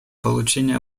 получение